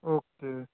okay